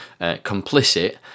complicit